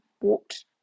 walked